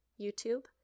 YouTube